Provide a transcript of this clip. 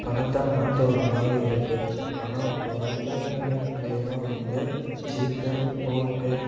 பணத்தை மாற்றியுட்ற மாதிரி இருக்கு ஆனால் இப்போ வந்து இன்டர்நெட் மூலியமாக வந்து ஜிபே போன்பே